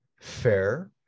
fair